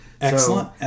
Excellent